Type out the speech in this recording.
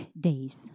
days